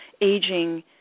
aging